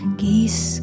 geese